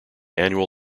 annual